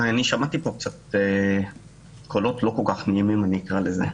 שמעתי פה קולות לא כל כך נעימים, נקרא לזה.